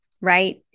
right